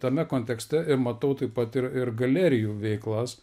tame kontekste ir matau taip pat ir ir galerijų veiklas